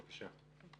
בבקשה.